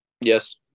Yes